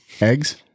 Eggs